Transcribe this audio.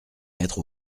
mettre